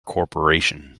corporation